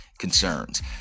concerns